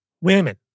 Women